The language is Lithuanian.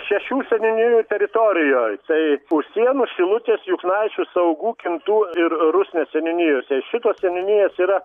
šešių seniūnijų teritorijoj tai pusėnų šilutės juknaičių saugų kintų ir rusnės seniūnijose šitos seniūnijos yra